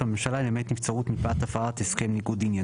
הממשלה למעט נבצרות מפאת הפרת הסכם ניגוד עניינים'.